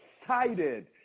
excited